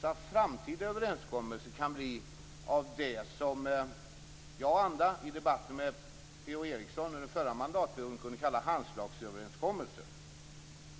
så att framtida överenskommelser kan bli något av det som jag och andra i debatten med P-O Eriksson under förra mandatperioden kunde kalla handslagsöverenskommelser.